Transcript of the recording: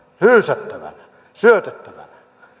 hyysättävänä syötettävänä